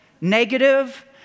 negative